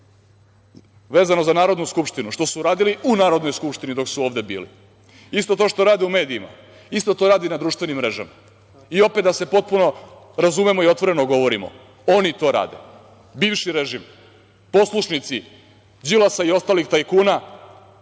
vezano za Narodnu skupštinu, što su uradili u Narodnoj skupštini dok su ovde bili, isto to što rade u medijima, isto to rade i na društvenim mrežama. Opet da se potpuno razumemo i otvoreno govorimo, oni to rade, bivši režim, poslušnici Đilasa i ostalih tajkuna.